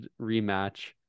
rematch